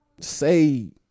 say